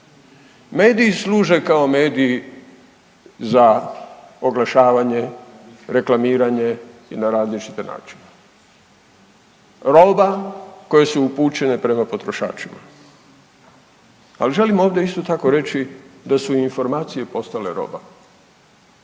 mediji služe kao mediji za oglašavanje, reklamiranje i na različite načine. Roba koje su upućene prema potrošačima. Ali, želim ovde isto tako reći da su i informacije postale roba.